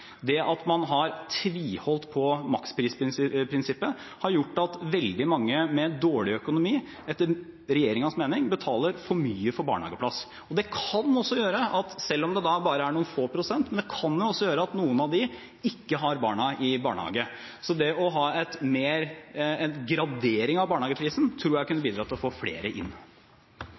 Det at man har tviholdt på maksprisprinsippet, har gjort at veldig mange med dårlig økonomi etter regjeringens mening betaler for mye for barnehageplass. Det kan også gjøre – selv om det bare er noen få prosent – at noen av dem ikke har barna i barnehage. Så det å ha mer gradering av barnehageprisen tror jeg kunne bidratt til å få flere inn.